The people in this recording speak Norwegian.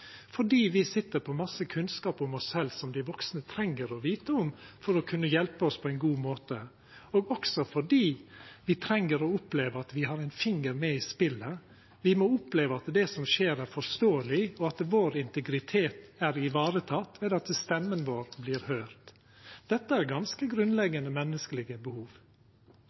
vi sitter på masse kunnskap om oss selv som de voksne trenger å vite om for å kunne hjelpe oss på en god måte, og også fordi vi trenger å oppleve at vi har en finger med i spillet. Vi må oppleve at det som skjer, er forståelig, og at vår integritet er ivaretatt ved at stemmen vår blir hørt. Dette er ganske grunnleggende menneskelige behov.»